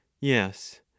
yes